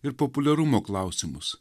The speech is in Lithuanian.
ir populiarumo klausimus